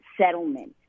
settlement